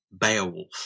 Beowulf